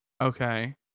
Okay